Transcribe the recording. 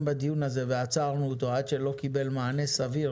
בדיון הזה ועצרנו אותו עד שנושא הנגישות לא קיבל מענה סביר